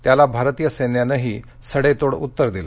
त्याला भारतीय सैन्यानंही सडेतोड उत्तर दिलं